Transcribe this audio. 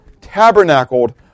tabernacled